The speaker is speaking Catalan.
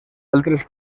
altres